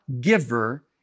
giver